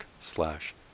slash